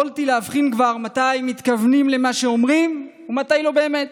יכולתי להבחין כבר מתי מתכוונים למה שאומרים ומתי זה לא באמת.